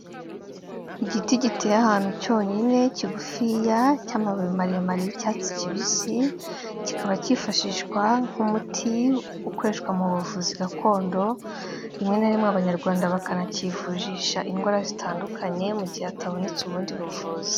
Igiti giteye ahantu cyonyine kigufiya cy'amababi maremare y'icyatsi kibisi, kikaba kifashishwa nk'umuti ukoreshwa mu buvuzi gakondo, rimwe na rimwe Abanyarwanda bakanakivujisha indwara zitandukanye, mu gihe hatabonetse ubundi buvuzi.